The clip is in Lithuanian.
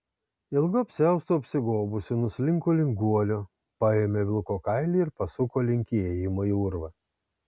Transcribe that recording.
ilgu apsiaustu apsigobusi nuslinko link guolio paėmė vilko kailį ir pasuko link įėjimo į urvą